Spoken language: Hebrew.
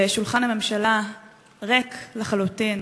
ושולחן הממשלה ריק לחלוטין,